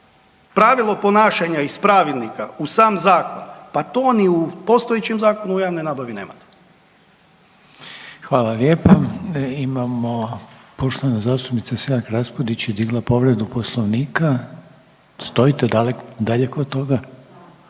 pravilo ponašanja iz Pravilnika u sam Zakon, pa to ni u postojećem Zakonu o javnoj nabavi nemate. **Reiner, Željko (HDZ)** Hvala lijepo. Imamo poštovana zastupnica Selak-Raspudić je digla povredu Poslovnika, stojite i dalje kod toga?